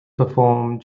perform